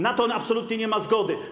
Na to absolutnie nie ma zgody.